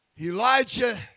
Elijah